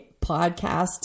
Podcast